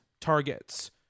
targets